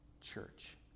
church